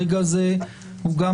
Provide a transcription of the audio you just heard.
הרגע הזה הוא גם,